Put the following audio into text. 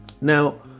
Now